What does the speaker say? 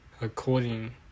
according